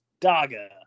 daga